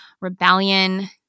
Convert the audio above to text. rebellion